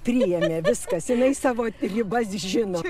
priėmė viskas jinai savo ribas žino